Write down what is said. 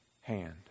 hand